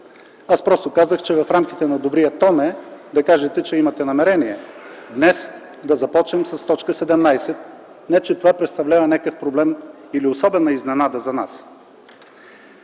Аз просто казах, че в рамките на добрия тон е да кажете, че имате намерение днес да започнем с т. 17, не че това представлява някакъв проблем или особена изненада за нас.